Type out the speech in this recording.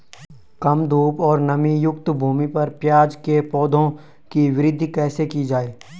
कम धूप और नमीयुक्त भूमि पर प्याज़ के पौधों की वृद्धि कैसे की जाए?